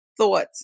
thoughts